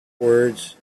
words